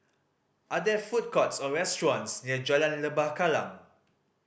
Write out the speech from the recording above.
are there food courts or restaurants near Jalan Lembah Kallang